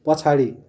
पछाडि